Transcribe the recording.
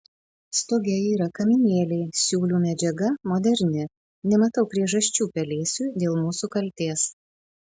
stoge yra kaminėliai siūlių medžiaga moderni nematau priežasčių pelėsiui dėl mūsų kaltės